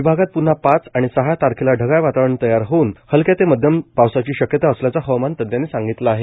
विभागात पून्हा पाच आणि सहा तारखेला ढगाळ वातावरण तयार होऊन हलक्या ते मध्यम पावसाची शक्यता असल्याचे हवामान तज्ज्ञांनी सांगितले आहे